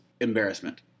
embarrassment